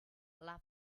love